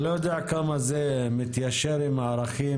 אני לא יודע כמה זה מתיישר עם הערכים